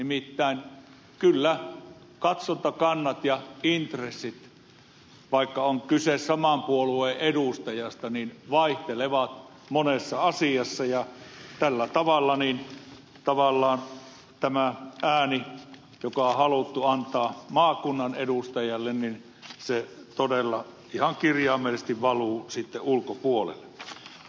nimittäin kyllä katsantokannat ja intressit vaikka on kyse saman puolueen edustajista vaihtelevat monessa asiassa ja tällä tavalla tavallaan tämä ääni joka on haluttu antaa maakunnan edustajalle todella ihan kirjaimellisesti valuu sitten ulkopuolelle